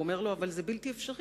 הוא אומר לו: אבל זה בלתי אפשרי,